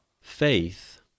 Faith